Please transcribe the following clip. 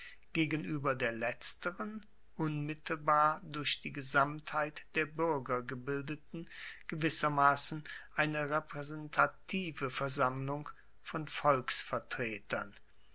gegenueber der letzteren unmittelbar durch die gesamtheit der buerger gebildeten gewissermassen eine repraesentative versammlung von volksvertretern